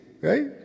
right